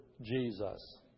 Jesus